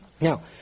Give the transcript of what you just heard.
Now